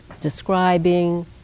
describing